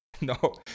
no